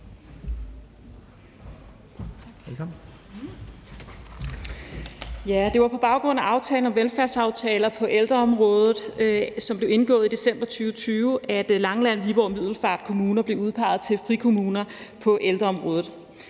Det var på baggrund af aftalen om velfærdsaftaler på ældreområdet, som blev indgået i december 2020, at Langeland, Viborg og Middelfart Kommuner blev udpeget til frikommuner på ældreområdet.